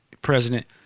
President